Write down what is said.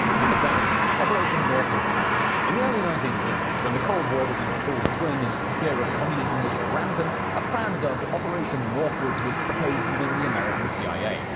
seven. operation northwoods in the early nineteen sixty s, when the cold war was in full swing and fear of communism was rampant, a plan dubbed operation northwoods was proposed within the american cia.